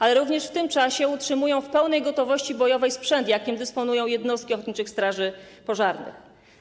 Ale również w tym czasie utrzymują w pełnej gotowości bojowej sprzęt, jakim dysponują jednostki ochotniczych straży pożarnych.